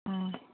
ꯑꯥ